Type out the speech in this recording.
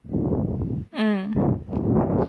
mm